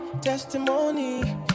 testimony